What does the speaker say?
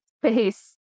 space